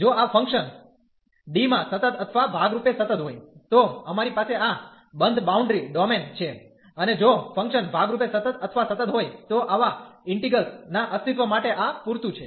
જો આ function D માં સતત અથવા ભાગરૂપે સતત હોય તો અમારી પાસે આ બંધ બાઉન્ડ્રી ડોમેન છે અને જો ફંક્શન ભાગરૂપે સતત અથવા સતત હોય તો આવા ઇન્ટિગ્રેલ્સ ના અસ્તિત્વ માટે આ પૂરતું છે